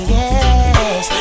yes